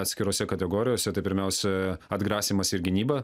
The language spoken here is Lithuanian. atskirose kategorijose tai pirmiausia atgrasymas ir gynyba